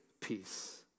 peace